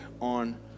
on